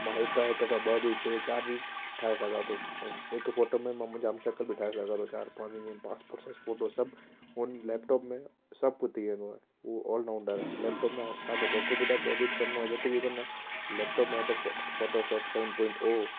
मां हिकु आहियां हिक खां ॿ बि टे चारि बि ठाहे सघां थो हिकु फ़ोटो में मां बि जाम शिकिलि बि ठाहे सघां थो चारि पंज हीअं पासपोर्ट साइज़ फ़ोटो सभु हुन लैपटॉप में सभु कुझु थी वेंदो आहे उहो ऑलराउंडर आहे लैपटॉप में हाणे तव्हांखे जेको बि तव्हांखे एडिट करिणो आहे जेको बि करिणो आहे लैपटॉप में Adobe pho Photoshop seven point ओ